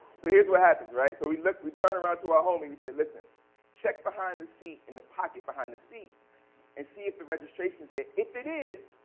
so here's what happens, right? so we look we turn around to our homey and say listen check behind the seat in the pocket behind the seat and see if the registration is there. if it is,